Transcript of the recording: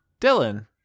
Dylan